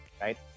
right